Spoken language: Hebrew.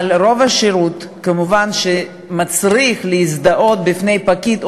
אבל רוב השירות כמובן מצריך הזדהות בפני פקיד,